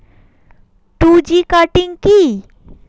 Two G cutting কি?